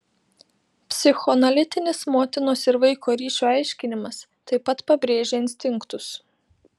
psichoanalitinis motinos ir vaiko ryšio aiškinimas taip pat pabrėžia instinktus